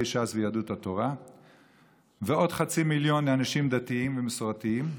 ש"ס ויהדות התורה ועוד חצי מיליון אנשים דתיים ומסורתיים,